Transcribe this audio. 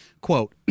Quote